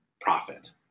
profit